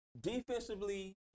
defensively